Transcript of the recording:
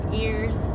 ears